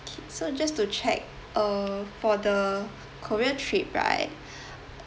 kay so just to check uh for the korea trip right